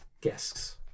guests